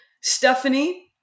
Stephanie